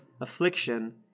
affliction